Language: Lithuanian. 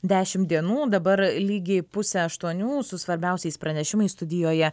dešim dienų dabar lygiai pusė aštuonių su svarbiausiais pranešimais studijoje